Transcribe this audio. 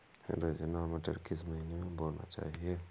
रचना मटर किस महीना में बोना चाहिए?